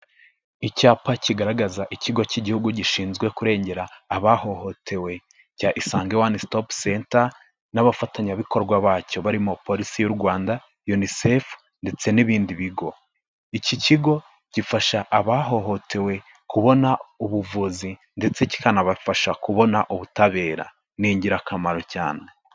Icyapa kigaragaza ikigo cy'igihugu gishinzwe kurengera abahohotewe cya Isange one stop center n'abafatanyabikorwa bacyo, barimo polisi y'u Rwanda, UNICEF ndetse n'ibindi bigo. Iki kigo gifasha abahohotewe kubona ubuvuzi ndetse kikanabafasha kubona ubutabera, ni ingirakamaro cyane.